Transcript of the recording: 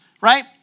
right